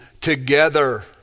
together